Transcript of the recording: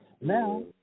Now